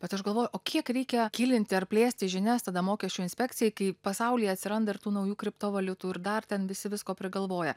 bet aš galvoju o kiek reikia kilinti ar plėsti žinias tada mokesčių inspekcijai kai pasaulyje atsiranda ir tų naujų kriptovaliutų ir dar ten visi visko prigalvoja